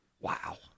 Wow